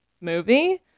movie